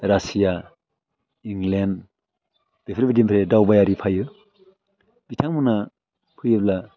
Russia England बेफोरबायदिनिफ्राय दावबायारि फाइयो बिथांमोना फैयोब्ला